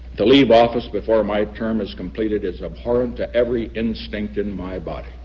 to leave office before my term is completed is abhorrent to every instinct in my body.